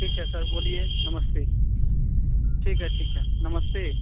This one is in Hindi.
ठीक है सर बोलिए नमस्ते ठीक है ठीक है नमस्ते